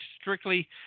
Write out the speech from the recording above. strictly